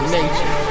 Nature